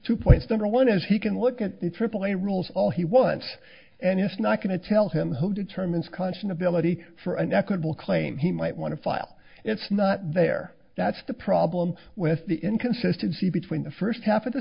two points number one is he can look at the aaa rules all he wants and it's not going to tell him who determines cancian ability for an equitable claim he might want to file it's not there that's the problem with the inconsistency between the first half of the